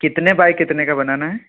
कितने बाय कितने का बनाना है